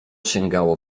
sięgało